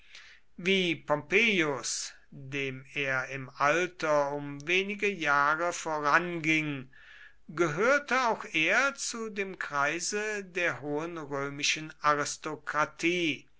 wie pompeius dem er im alter um wenige jahre voranging gehörte auch er zu dem kreise der hohen römischen aristokratie